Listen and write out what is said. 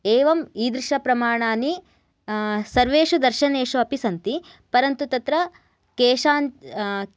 एवम् ईदृशप्रमाणानि सर्वेषु दर्शनेषु अपि सन्ति परन्तु तत्र केषां